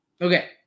Okay